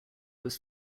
was